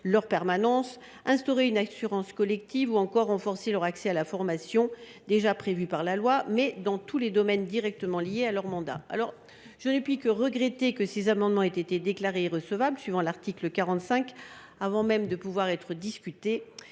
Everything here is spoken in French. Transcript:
leur permanence, instaurer une assurance collective ou encore renforcer leur accès à la formation déjà prévu par la loi, mais dans tous les domaines directement liés à leur mandat. Je ne puis que regretter que ces amendements aient été déclarés irrecevables au titre de l’article 45 de la Constitution avant même de pouvoir être discutés.